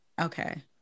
Okay